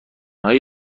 هایی